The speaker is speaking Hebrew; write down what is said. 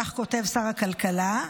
כך כותב שר הכלכלה,